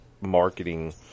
marketing